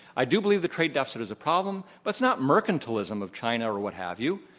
i do believe the trade deficit is a problem. but it's not mercantilism of china or what have you.